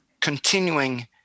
continuing